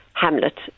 Hamlet